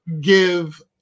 give